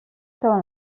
saben